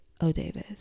O'Davis